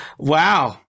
wow